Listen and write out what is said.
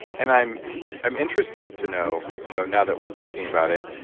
and i'm i'm interested to know though, now that we're thinking about it,